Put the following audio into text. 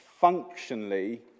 functionally